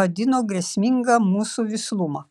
vadino grėsmingą mūsų vislumą